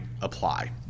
apply